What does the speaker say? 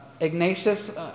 Ignatius